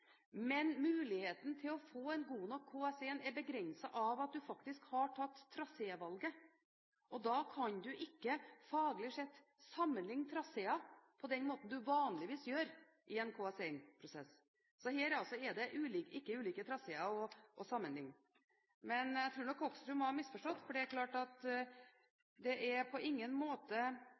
men muligheten til å få en god nok KS1 er begrenset av at en har tatt trasévalget. Da kan en ikke, faglig sett, sammenligne traseer på den måten en vanligvis gjør i en KS1-prosess. Her er det altså ikke ulike traseer å sammenligne. Jeg tror nok Hoksrud må ha misforstått, for Ringeriksbanen vil på vanlig måte bli vurdert og prioritert opp mot andre prosjekter i NTP 2014–2023. Det er ingenting som forsinker det